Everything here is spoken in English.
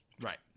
Right